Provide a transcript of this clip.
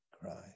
christ